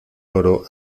oro